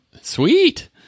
Sweet